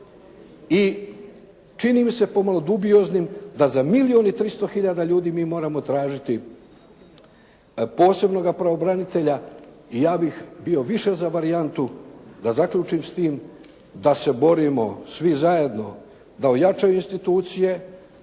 i čini mi se pomalo dubioznim da za milijun i 300 hiljada ljudi mi moramo tražiti posebnoga pravobranitelja i ja bih bio više za varijantu, da zaključim s tim, da se borimo svi zajedno da ojačaju institucije,